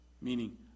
Meaning